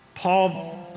Paul